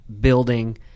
building